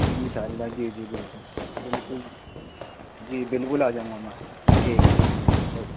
انشاء اللہ جی جی بالکل بالکل جی بالکل آ جاؤں گا میں آج ٹھیک ہے اوکے